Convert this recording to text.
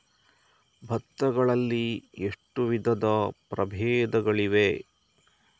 ಭತ್ತ ಗಳಲ್ಲಿ ಎಷ್ಟು ವಿಧದ ಪ್ರಬೇಧಗಳಿವೆ?